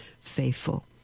faithful